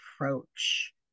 approach